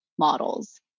Models